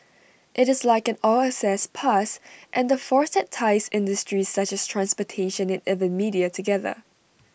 IT is like an all access pass and the force that ties industries such as transportation and even media together